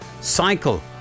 cycle